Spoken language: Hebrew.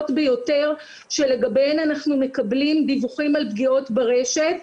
ביותר שלגביהן אנחנו מקבלים דיווחים על פגיעות ברשת.